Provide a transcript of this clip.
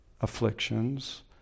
afflictions